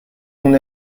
خون